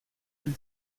ils